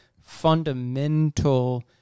fundamental